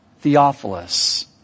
Theophilus